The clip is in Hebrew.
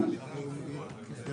בעד